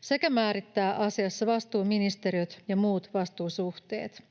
sekä määrittää asiassa vastuuministeriöt ja muut vastuusuhteet.